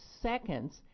seconds